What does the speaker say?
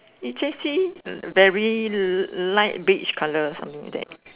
very li~ light beige colour something like that